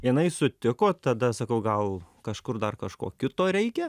jinai sutiko tada sakau gal kažkur dar kažko kito reikia